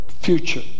future